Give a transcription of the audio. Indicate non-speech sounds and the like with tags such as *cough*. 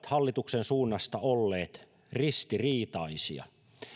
*unintelligible* hallituksen suunnasta ovat olleet ristiriitaisia